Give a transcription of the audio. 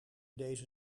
deze